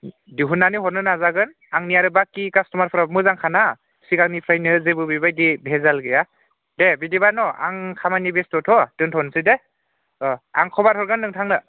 दिहुननानै हरनो नाजागोन आंनि आरो बाखि कास्टमारफोराबो मोजांखाना सिगांनिफ्रायनो जेबो बेबायदि भेजाल गैया दे बिदिबा न आं खामानि बेस्थ'बोथ' दोन्थ'नोसै दे आं खबर हरगोन नोंथांनो